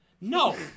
No